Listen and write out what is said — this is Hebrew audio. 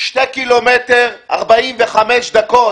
שני קילומטר 45 דקות.